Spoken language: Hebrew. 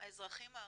האזרחים הערבים.